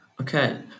Okay